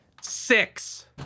Six